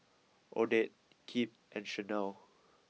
Odette Kipp and Channel